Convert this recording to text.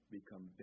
become